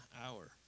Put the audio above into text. hour